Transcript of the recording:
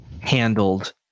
handled